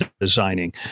designing